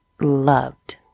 loved